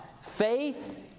Faith